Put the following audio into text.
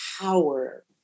power